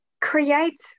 create